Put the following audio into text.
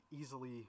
easily